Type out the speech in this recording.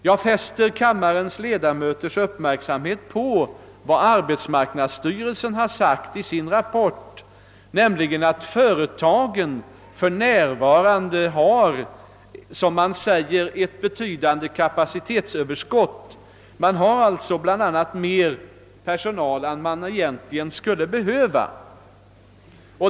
Jag fäster kammarledamöternas uppmärksamhet på vad arbetsmarknadsstyrelsen sagt i sin rapport, nämligen att företagen för närvarande har ett betydande kapacitetsöverskott. Man har alltså bl.a. mer personal än man egentligen skulle behöva.